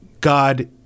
God